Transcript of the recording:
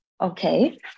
Okay